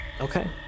Okay